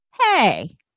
Hey